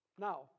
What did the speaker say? Now